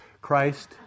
Christ